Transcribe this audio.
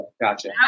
Gotcha